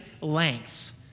lengths